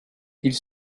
ils